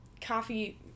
coffee